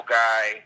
guy